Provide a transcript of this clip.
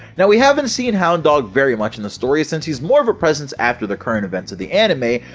now we haven't seen hound dog very much in the story since he has more of a presence after the current events of the anime,